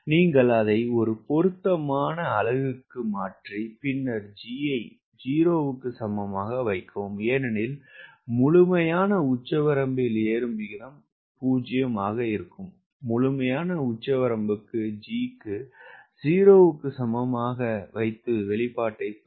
நீங்கள் அதை ஒரு பொருத்தமான அலகுக்கு மாற்றி பின்னர் G ஐ 0 க்கு சமமாக வைக்கவும் ஏனெனில் முழுமையான உச்சவரம்பில் ஏறும் விகிதம் 0 ஆக இருக்கும் முழுமையான உச்சவரம்புக்கு G ஐ 0 க்கு சமமாக வைத்து வெளிப்பாட்டைப் பெறுங்கள்